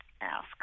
ask